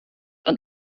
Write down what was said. und